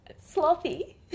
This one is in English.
sloppy